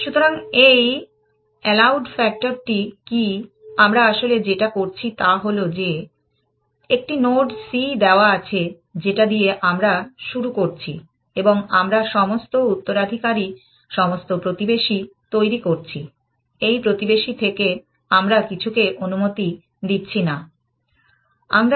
সুতরাং এই আইলড ফ্যাক্টর টি কি আমরা আসলে যেটা করছি তা হলো যে একটি নোড c দেওয়া আছে যেটা দিয়ে আমরা শুরু করছি এবং আমরা সমস্ত উত্তরাধিকারী সমস্ত প্রতিবেশী তৈরী করছি এই প্রতিবেশী থেকে আমরা কিছুকে অনুমতি দিচ্ছিনা